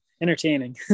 entertaining